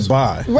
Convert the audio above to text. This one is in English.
bye